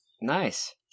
Nice